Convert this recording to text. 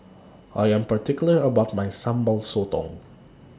I Am particular about My Sambal Sotong